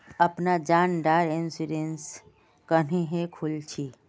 अपना जान डार इंश्योरेंस क्नेहे खोल छी?